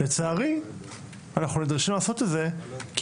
לצערי אנחנו נדרשים לעשות את זה כי